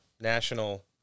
national